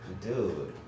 dude